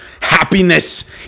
happiness